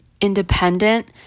independent